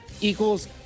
equals